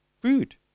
food